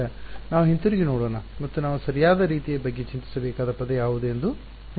ಈಗ ನಾವು ಹಿಂತಿರುಗಿ ನೋಡೋಣ ಮತ್ತು ನಾವು ಸರಿಯಾದ ರೀತಿಯ ಬಗ್ಗೆ ಚಿಂತಿಸಬೇಕಾದ ಪದ ಯಾವುದು ಎಂದು ನೋಡೋಣ